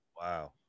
Wow